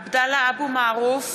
(קוראת בשמות חברי הכנסת) עבדאללה אבו מערוף,